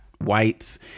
whites